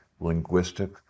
linguistic